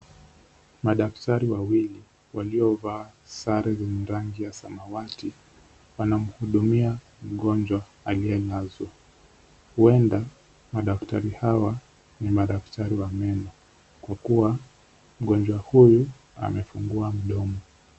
Madaktari wawili waliovaa sare zenye rangi ya samawati wanamhudumia mgonjwa aliyelazwa. Huenda madaktari hawa ni madaktari wa meno kwa kuwa mgonjwa huyu amefungua mdomo.